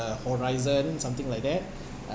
horizon something like that